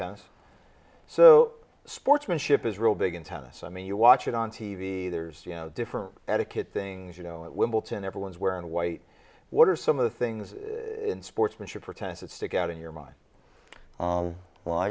tennis so sportsmanship is real big in tennis i mean you watch it on t v there's different etiquette things you know at wimbledon everyone's wearing white what are some of the things in sportsmanship protests that stick out in your mind well i